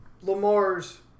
Lamar's